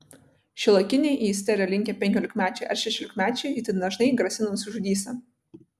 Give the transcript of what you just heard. šiuolaikiniai į isteriją linkę penkiolikmečiai ar šešiolikmečiai itin dažnai grasina nusižudysią